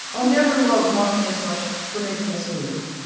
i'll never love mommy as much, for making us move.